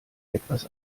etwas